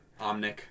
Omnic